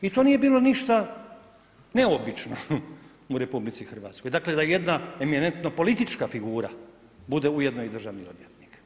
I to nije bilo ništa neobično u RH, dakle da jedna eminentno politička figura bude ujedno i državni odvjetnik.